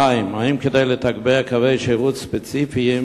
2. האם כדי לתגבר קווי שירות ספציפיים